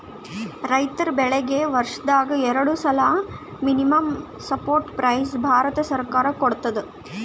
ರೈತರ್ ಬೆಳೀಗಿ ವರ್ಷದಾಗ್ ಎರಡು ಸಲಾ ಮಿನಿಮಂ ಸಪೋರ್ಟ್ ಪ್ರೈಸ್ ಭಾರತ ಸರ್ಕಾರ ಕೊಡ್ತದ